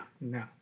No